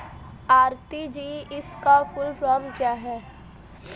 RTGS का full form क्या है?